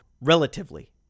relatively